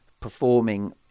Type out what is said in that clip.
performing